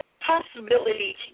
possibility